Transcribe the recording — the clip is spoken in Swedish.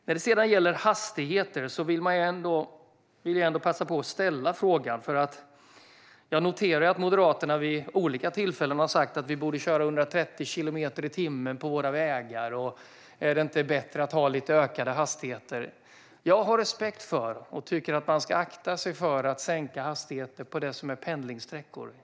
När det sedan gäller hastigheter vill jag passa på att ställa en fråga. Jag noterar att Moderaterna vid olika tillfällen har sagt att vi borde köra i 130 kilometer i timmen på våra vägar och undrat om det inte är bättre att ha lite ökade hastigheter. Jag tycker att man ska akta sig för att sänka hastigheter på pendlingssträckor. Det här har jag respekt för.